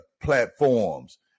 platforms